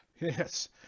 yes